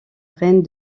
reine